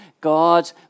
God